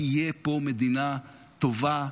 תהיה פה מדינה טובה,